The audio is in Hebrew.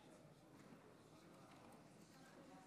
אני כבר שומע במשך שבועות ארוכים את חבר הכנסת שמחה רוטמן,